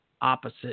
opposite